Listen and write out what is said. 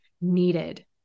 needed